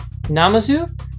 Namazu